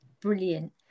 brilliant